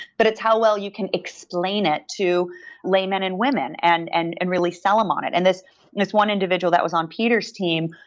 but it's how well you can explain it to laymen and women and and and really sell them on it. and this and one individual that was on peter's team,